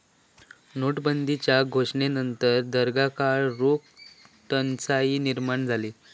नोटाबंदीच्यो घोषणेनंतर दीर्घकाळ रोख टंचाई निर्माण झाली